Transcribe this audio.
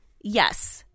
yes